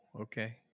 okay